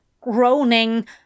groaning